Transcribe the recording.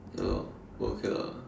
ya lor but okay lah